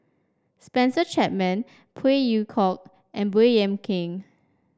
Spencer Chapman Phey Yew Kok and Baey Yam Keng